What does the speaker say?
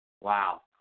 Wow